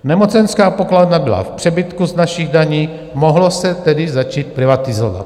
Nemocenská pokladna byla v přebytku z našich daní, mohlo se tedy začít privatizovat.